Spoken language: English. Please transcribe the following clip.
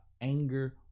anger